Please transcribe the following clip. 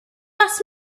ask